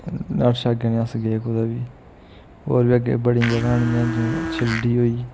ते एह्दे शा अग्गें नी गे अस कुदै बी होर बी अग्गें बड़ियां जगह् न जियां शिरडी होई